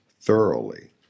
thoroughly